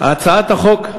הצעת החוק,